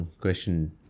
question